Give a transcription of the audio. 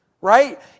right